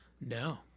No